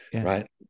right